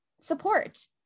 support